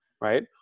right